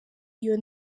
iyo